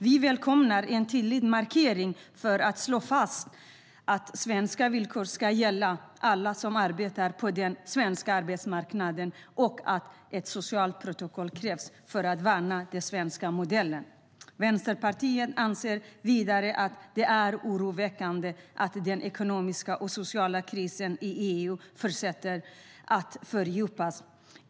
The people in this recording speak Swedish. Vi välkomnar en tydlig markering för att slå fast att svenska villkor ska gälla alla som arbetar på den svenska arbetsmarknaden och att ett socialt protokoll krävs för att värna den svenska modellen. Vänsterpartiet anser vidare att det är oroväckande att den ekonomiska och sociala krisen i EU fortsätter att fördjupas.